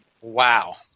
Wow